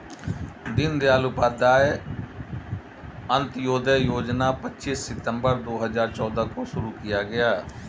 दीन दयाल उपाध्याय अंत्योदय योजना पच्चीस सितम्बर दो हजार चौदह को शुरू किया गया